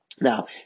Now